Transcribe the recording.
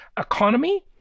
economy